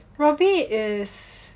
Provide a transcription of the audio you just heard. robbie is